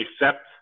accept